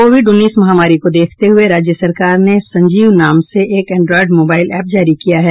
Covid उन्नीस महामारी को देखते हुये राज्य सरकार ने संजीवन नाम से एक एंड्रायड मोबाईल एप जारी किया है